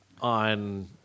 on